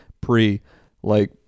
pre-like